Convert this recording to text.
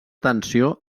tensió